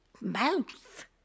mouth